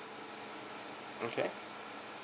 okay